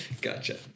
gotcha